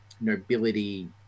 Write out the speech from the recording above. nobility